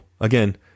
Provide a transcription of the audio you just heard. again